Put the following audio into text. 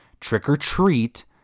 Trick-or-Treat